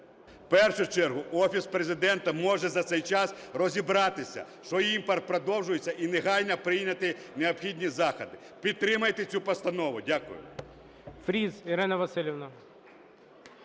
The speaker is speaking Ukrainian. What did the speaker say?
В першу чергу Офіс Президента може за цей час розібратися, що імпорт продовжується, і негайно прийняти необхідні заходи. Підтримайте цю постанову. Дякую.